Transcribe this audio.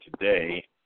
today